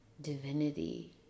divinity